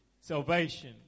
salvation